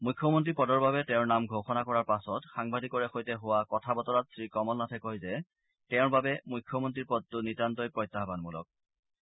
মুখ্যমন্ত্ৰী পদৰ বাবে তেওঁৰ নাম ঘোষণা কৰাৰ পাছত সাংবাদিকৰে সৈতে হোৱা কথা বতৰাত শ্ৰীকমল নাথে কয় যে তেওঁৰ বাবে মুখ্যমন্ত্ৰীৰ পদটো নিতান্তই প্ৰত্যায়ানমূলক পদ